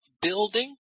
building